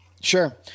Sure